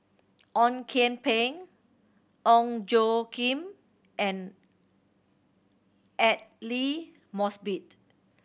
Ong Kian Peng Ong Tjoe Kim and Aidli Mosbit